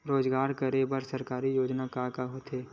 रोजगार करे बर सरकारी योजना का का होथे?